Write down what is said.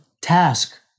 task